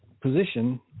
position